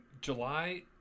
July